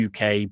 UK